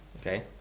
Okay